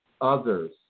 others